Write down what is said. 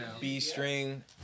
B-string